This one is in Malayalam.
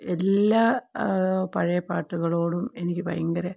എല്ലാ പഴയ പാട്ടുകളോടും എനിക്ക് ഭയങ്കര